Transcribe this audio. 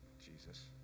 Jesus